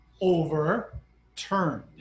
overturned